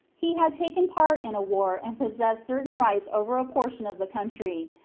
he had taken part in a war and possessed certain rights over a portion of the country,